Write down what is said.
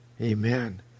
Amen